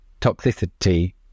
toxicity